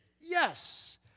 Yes